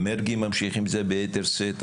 מרגי ממשיך עם זה בייתר שאת,